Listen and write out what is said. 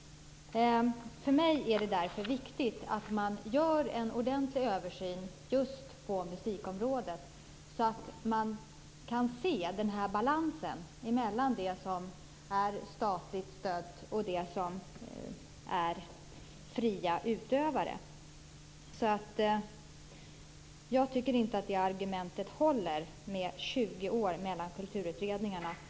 För mig är det därför viktigt att man gör en ordentligt översyn på musikområdet för att man skall kunna se den här balansen mellan det som är statligt stött och de fria utövarna. Jag tycker inte att argumentet att det är 20 år mellan kulturutredningarna håller.